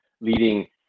leading